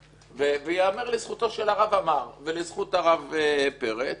ייאמר לזכותו של הרב עמר ולזכות הרב פרץ